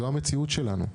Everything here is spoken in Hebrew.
זאת המציאות שלנו.